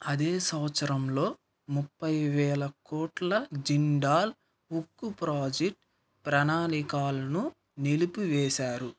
అదే సంవత్సరంలో ముప్పై వేల కోట్ల జిండాల్ ఉక్కు ప్రాజెక్ట్ ప్రణాళికలను నిలిపివేశారు